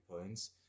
points